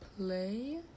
play